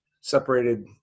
separated